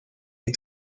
est